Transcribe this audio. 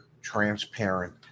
transparent